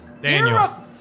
Daniel